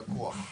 ללקוח.